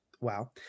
wow